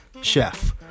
chef